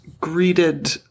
greeted